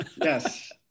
Yes